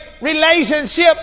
relationship